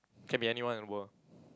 can be anyone in the world